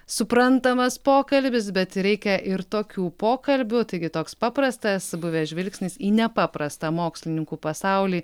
suprantamas pokalbis bet reikia ir tokių pokalbių taigi toks paprastas buvęs žvilgsnis į nepaprastą mokslininkų pasaulį